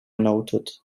noted